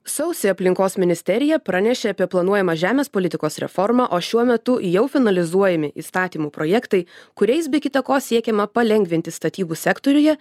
sausį aplinkos ministerija pranešė apie planuojamą žemės politikos reformą o šiuo metu į jau finalizuojami įstatymų projektai kuriais be kita ko siekiama palengvinti statybų sektoriuje